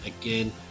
again